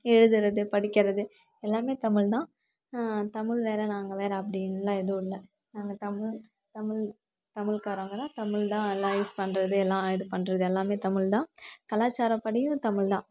எழுதறது படிக்கிறது எல்லாமே தமிழ்தான் தமிழ் வேறு நாங்கள் வேறு அப்படின்லான் ஏதும் இல்லை நாங்கள் தமிழ் தமிழ் தமிழ்க்காரங்கதான் தமிழ்தான் எல்லாம் யூஸ் பண்ணுறது இது பண்ணுறது எல்லாமே தமிழ்தான் கலாச்சாரப்படியும் தமிழ்தான்